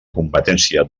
competència